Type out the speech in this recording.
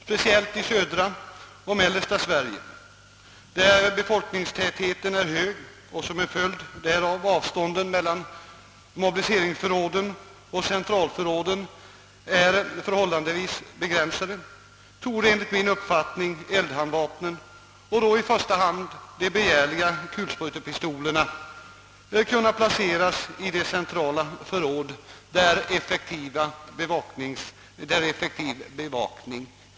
Speciellt i södra och mellersta Sverige, där befolkningstätheten är hög och som en följd därav avstånden mellan mobiliseringsförråden och centralförråden = förhållandevis begränsade, torde enligt min uppfattning eldhandvapnen — i första hand de begärliga kulsprutepistolerna — kunna placeras i de centrala förråd, där effektiv bevakning finns.